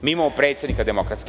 Mi imamo predsednika DS.